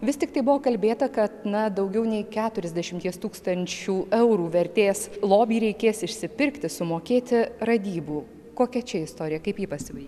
vis tiktai buvo kalbėta kad na daugiau nei keturiasdešimties tūkstančių eurų vertės lobį reikės išsipirkti sumokėti radybų kokia čia istorija kaip ji pasibaigė